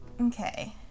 Okay